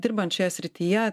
dirbant šioje srityje